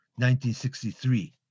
1963